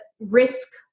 risk